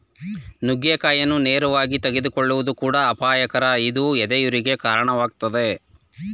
ನುಗ್ಗೆಕಾಯಿಯನ್ನು ನೇರವಾಗಿ ತೆಗೆದುಕೊಳ್ಳುವುದು ಕೂಡ ಅಪಾಯಕರ ಇದು ಎದೆಯುರಿಗೆ ಕಾಣವಾಗ್ತದೆ